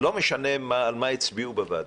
לא משנה על מה הצביעו בוועדה,